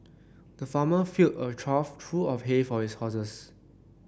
the farmer filled a trough true of hay for his horses